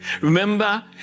Remember